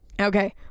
Okay